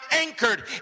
anchored